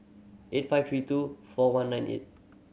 eight five three two four one nine eight